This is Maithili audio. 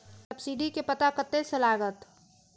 सब्सीडी के पता कतय से लागत?